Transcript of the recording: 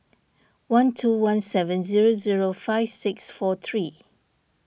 one two one seven zero zero five six four three